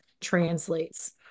translates